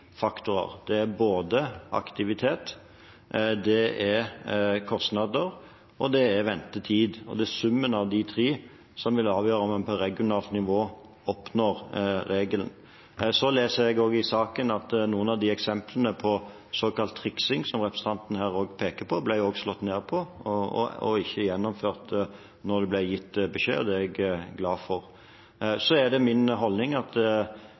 som vil avgjøre om man på regionalt nivå oppfyller regelen. Jeg leser også i saken at noen av eksemplene på såkalt triksing som representanten her peker på, ble slått ned på og ikke gjennomført da det ble gitt beskjed – og det er jeg glad for. Det er min holdning at